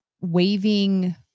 waving